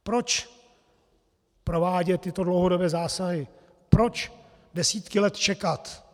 Proč provádět tyto dlouhodobé zásahy, proč desítky let čekat?